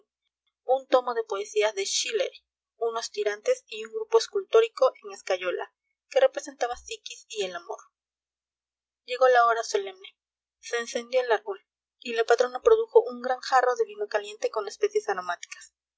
un tomo de poesías de schiller unos tirantes y un grupo escultórico en escayola que representaba psiquis y el amor llegó la hora solemne se encendió el árbol y la patrona produjo un gran jarro de vino caliente con especies aromáticas